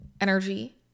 energy